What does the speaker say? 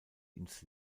ins